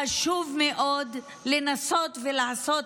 חשוב מאוד לנסות ולעשות,